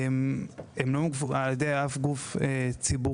הם לא מפוקחים על ידי אף גוף ציבורי.